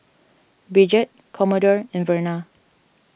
Bridget Commodore and Verna